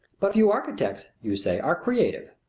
but few architects, you say, are creative,